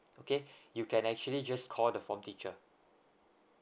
okay you can actually just call the form teacher